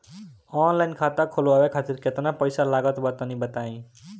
Online खाता खूलवावे खातिर केतना पईसा लागत बा तनि बताईं?